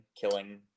killing